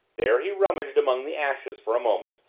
there he rummaged among the ashes for a moment,